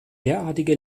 derartige